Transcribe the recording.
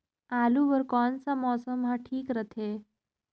आलू बार कौन सा मौसम ह ठीक रथे?